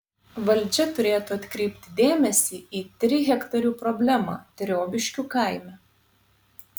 valdžia turėtų atkreipti dėmesį į trihektarių problemą triobiškių kaime